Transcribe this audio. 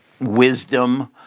wisdom